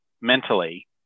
mentally